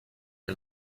que